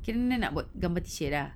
kena nak buat gambar sia lah